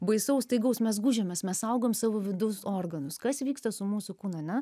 baisaus staigaus mes gūžiamės mes saugom savo vidaus organus kas vyksta su mūsų kūnui ane